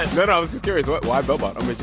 and no no, i was just curious. what why bell bottoms?